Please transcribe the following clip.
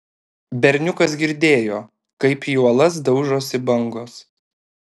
berniukas girdėjo kaip į uolas daužosi bangos